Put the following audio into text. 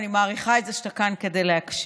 אני מעריכה את זה שאתה כאן כדי להקשיב.